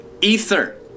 ether